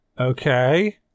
okay